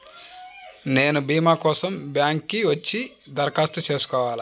నేను భీమా కోసం బ్యాంక్కి వచ్చి దరఖాస్తు చేసుకోవాలా?